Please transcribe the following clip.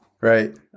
Right